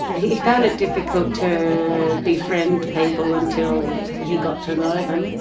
he he found it difficult to befriend people until he got to know them.